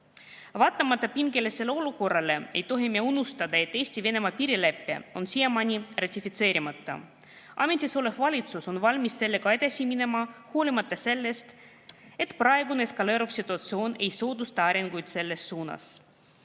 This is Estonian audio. juhtunud. Vaatamata pingelisele olukorrale ei tohi me unustada, et Eesti-Venemaa piirilepe on siiamaani ratifitseerimata. Ametis olev valitsus on valmis sellega edasi minema, hoolimata sellest, et praegune eskaleeruv situatsioon ei soodusta arenguid selles suunas.